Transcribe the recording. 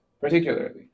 particularly